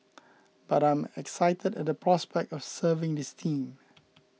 but I'm excited at the prospect of serving this team